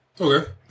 Okay